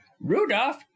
rudolph